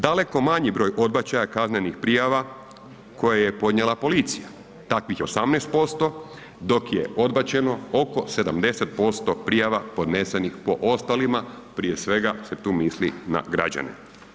Daleko manji broj odbačaja kaznenih prijava koje je podnijela policija, takvih je 18%, dok je odbačeno oko 70% prijava podnesenih po ostalima, prije svega se tu misli na građane.